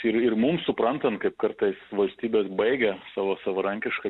ir ir mūsų suprantant kaip kartais valstybės baigia savo savarankišką